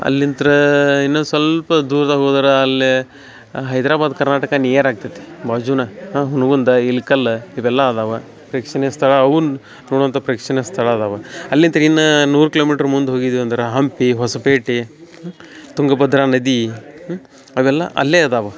ಅಲ್ಲಿಂತ ಇನ್ನೂ ಸ್ವಲ್ಪ ದೂರ್ದಾಗ ಹೋದ್ರೆ ಅಲ್ಲಿ ಹೈದರಾಬಾದ್ ಕರ್ನಾಟಕ ನಿಯರ್ ಆಗ್ತೆತಿ ಬಾಜುನ ಹಾಂ ಹುನಗುಂದ ಇಳ್ಕಲ್ಲ ಇವೆಲ್ಲ ಅದಾವ ಪ್ರೇಕ್ಷಣೀಯ ಸ್ಥಳ ಅವನ್ನ ನೋಡುವಂಥ ಪ್ರೇಕ್ಷಣೀಯ ಸ್ಥಳ ಅದಾವ ಅಲ್ಲಿಂತ್ರ ಇನ್ನೂ ನೂರು ಕಿಲೋಮೀಟ್ರ್ ಮುಂದೆ ಹೋಗಿದ್ವಿ ಅಂದ್ರೆ ಹಂಪಿ ಹೊಸಪೇಟೆ ತುಂಗಭದ್ರಾ ನದಿ ಅವೆಲ್ಲ ಅಲ್ಲಿ ಅದಾವ